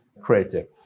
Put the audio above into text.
creative